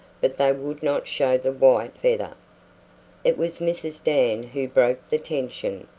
but they would not show the white feather. it was mrs. dan who broke the tension.